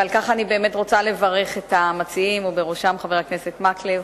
ועל כך אני באמת רוצה לברך את המציעים ובראשם חבר הכנסת מקלב,